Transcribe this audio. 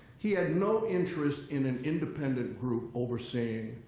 he had no interest in an independent group overseeing